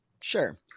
Sure